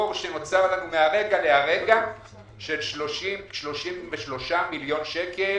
חוב שנוצר לנו מהרגע להרגע של 33 מיליון שקלים.